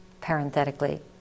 parenthetically